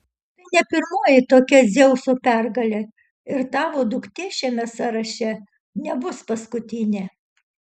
tai ne pirmoji tokia dzeuso pergalė ir tavo duktė šiame sąraše nebus paskutinė